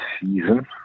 season